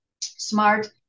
smart